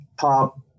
top